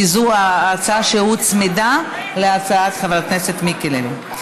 כי זו הצעה שהוצמדה להצעה של חבר הכנסת מיקי לוי.